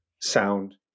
sound